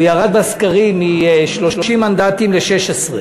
הוא ירד בסקרים מ-30 מנדטים ל-16.